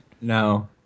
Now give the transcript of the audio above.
No